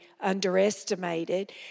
underestimated